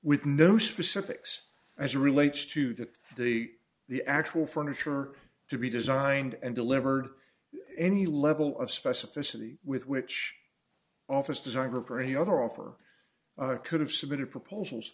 with no specifics as relates to the the the actual furniture to be designed and delivered any level of specificity with which office design group or any other offer could have submitted proposals